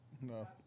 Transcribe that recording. No